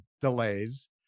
delays